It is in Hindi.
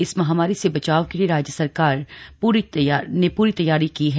इस महामारी से बचाव के लिए राज्य सरकार ने पूरी तैयारी की है